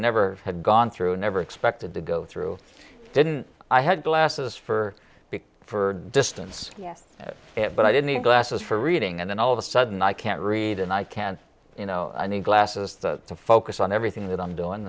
never had gone through never expected to go through didn't i had glasses for big for distance yes but i didn't even glasses for reading and then all of a sudden i can't read and i can't you know i need glasses to focus on everything that i'm doing